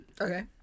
Okay